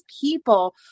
people